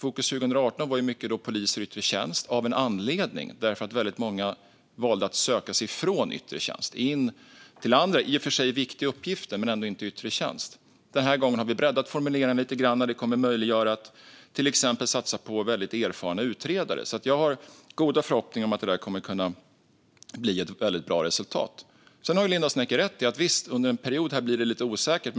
Fokus 2018 var mycket på poliser i yttre tjänst. Det fanns en anledning till det, för många valde att söka sig från yttre tjänst in till andra, i och för sig viktiga, uppgifter men inte yttre tjänst. Den här gången har vi breddat formuleringarna lite grann, och det kommer att möjliggöra att till exempel satsa på väldigt erfarna utredare. Jag har goda förhoppningar om att det kommer att bli ett väldigt bra resultat. Linda Westerlund Snecker har rätt i att det blir lite osäkert under en period.